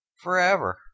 forever